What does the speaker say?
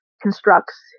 constructs